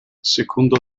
secondo